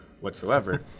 whatsoever